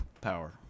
Power